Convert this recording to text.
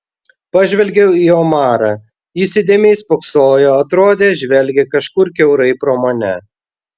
pažvelgiau į omarą jis įdėmiai spoksojo atrodė žvelgia kažkur kiaurai pro mane